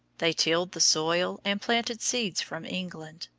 they tilled the soil and planted seeds from england.